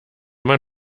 man